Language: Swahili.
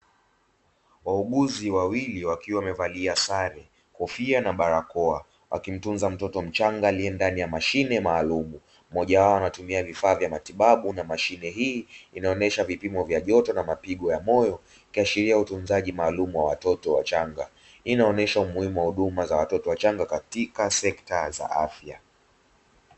Wauguzi wawili wakiwa wamevalia sare, kofia na barakoa, wakimtunza mtoto mchanga aliye ndani ya mashine maalumu, mmoja wao anatumia vifaa vya matibabu na mashine. Hii inaonyesha vipimo vya joto na mapigo ya moyo, ikiashiria utunzaji maalumu wa watoto wachanga. Hii inaonyesha umuhimu wa huduma ya watoto wachanga katika sekta za afya.